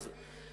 לא מהחנויות.